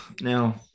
now